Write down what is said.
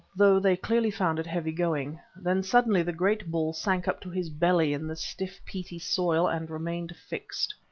though they clearly found it heavy going then suddenly the great bull sank up to his belly in the stiff peaty soil, and remained fixed.